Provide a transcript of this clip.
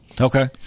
Okay